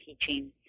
teaching